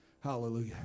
Hallelujah